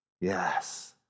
Yes